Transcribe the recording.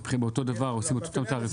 לוקחים את אותו דבר ועושים את התעריפים.